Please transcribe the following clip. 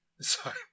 Sorry